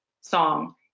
song